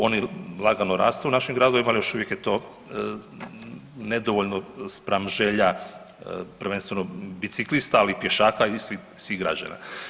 Oni lagano rastu u našim gradovima, ali još uvijek je to nedovoljno spram želja, prvenstveno biciklista, ali i pješaka i svih građana.